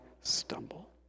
stumble